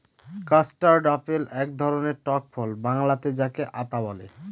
custard apple এক ধরনের টক ফল বাংলাতে যাকে আঁতা বলে